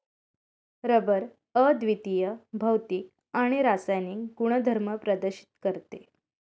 rubber अद्वितीय भौतिक आणि रासायनिक गुणधर्म प्रदर्शित करते